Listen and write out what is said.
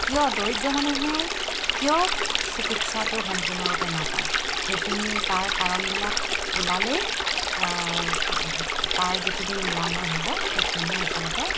কিয় দৰিদ্ৰ মানুহে কিয় চিকিৎসাটো সম্পূৰ্ণৰূপে নাপায় সেইখিনি তাৰ কাৰণবিলাক ওলালেই তাৰ যিখিনি নিৰাময় হ'ব সেইখিনিয়ে আচলতে